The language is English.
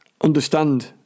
understand